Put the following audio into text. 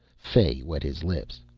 fay wet his lips.